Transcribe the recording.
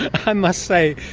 i must say,